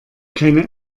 keine